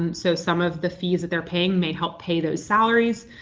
um so some of the fees that they're paying may help pay those salaries.